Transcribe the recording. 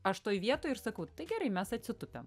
aš toj vietoj ir sakau tai gerai mes atsitupiam